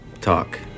talk